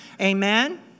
Amen